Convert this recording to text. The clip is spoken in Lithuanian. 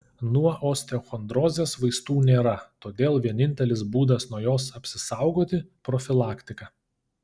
nuo osteochondrozės vaistų nėra todėl vienintelis būdas nuo jos apsisaugoti profilaktika